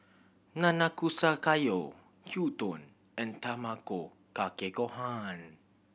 Nanakusa Gayu Gyudon and Tamago Kake Gohan